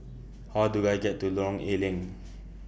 How Do I get to Lorong A Leng